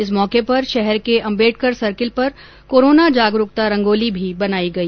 इस मौके पर शहर के अंबेडकर सर्किल पर कोरोना जागरूकता रंगोली भी बनाई गई